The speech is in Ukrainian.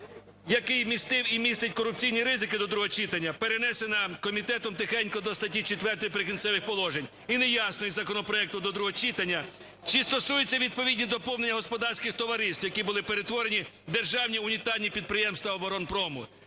який містив і містить корупційні ризики до другого читання, перенесена комітетом тихенько до статті 4 "Прикінцевих положень". І не ясно із законопроекту до другого читання, чи стосуються відповідні доповнення господарських товариств, які були перетворені в державні унітарні підприємства оборонпрому.